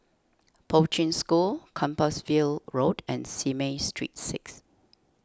Poi Ching School Compassvale Road and Simei Street six